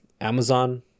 Amazon